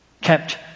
kept